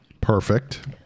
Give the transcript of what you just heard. perfect